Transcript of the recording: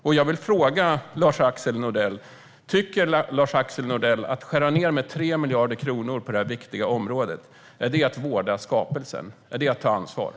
Jag vill därför fråga Lars-Axel Nordell om han tycker att man vårdar skapelsen och tar ansvar när man skär ned med över 3 miljarder kronor på detta viktiga område.